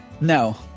No